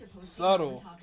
Subtle